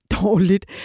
dårligt